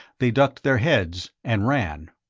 they ducked their heads and ran.